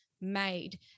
made